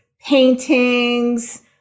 paintings